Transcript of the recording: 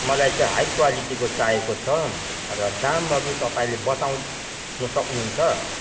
मलाई चाहिँ हाई क्वालिटीको चाहिएको छ र दामहरू तपाईँले बताउनु सक्नु हुन्छ